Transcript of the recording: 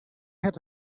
had